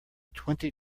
twenty